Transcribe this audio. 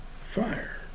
Fire